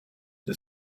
the